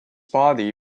body